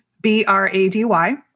B-R-A-D-Y